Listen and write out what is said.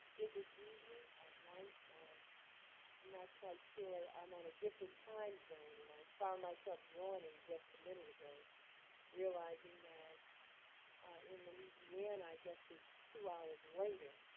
is it evening or night? i'm not quite sure. i'm on a different time zone. and i found myself yawning just a minute ago realizing that in louisiana, i guess, it's two hours later.